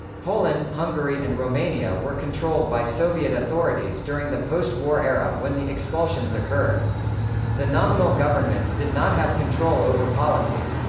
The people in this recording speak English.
poland, hungary and romania were controlled by soviet authorities during the post war era when the expulsions occurred the nominal governments did not have control over policy.